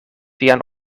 vian